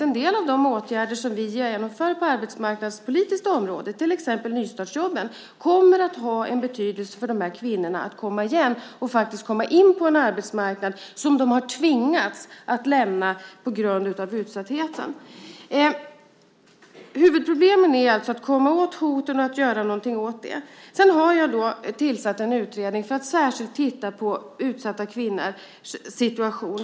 En del av de åtgärder som vi genomför på det arbetsmarknadspolitiska området, till exempel nystartsjobben, kommer att ha betydelse för dessa kvinnors möjlighet att komma igen och faktiskt komma in på en arbetsmarknad som de har tvingats att lämna på grund av sin utsatthet. Huvudproblemen är alltså att komma åt hoten och att göra någonting åt dem. Sedan har jag tillsatt en utredning som särskilt ska titta på utsatta kvinnors situation.